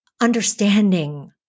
understanding